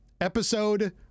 episode